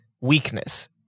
weakness